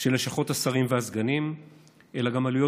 על לשכות השרים והסגנים אלא גם בעלויות